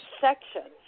sections